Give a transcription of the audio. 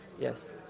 Yes